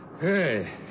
Hey